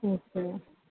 okay